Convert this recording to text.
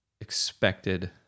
expected